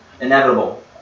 inevitable